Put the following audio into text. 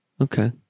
Okay